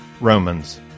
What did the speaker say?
Romans